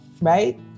right